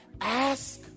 Ask